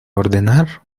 ordenar